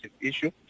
issue